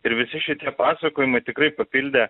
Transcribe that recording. ir visi šitie pasakojimai tikrai papildė